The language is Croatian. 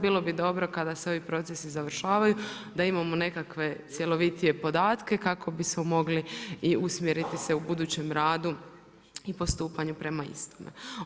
Bilo bi dobro kada se ovi procesi završavaju, da imamo nekakve cjelovitije podatke, kako bi se mogli i usmjeriti se u budućem radu i postupanju prema istome.